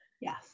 Yes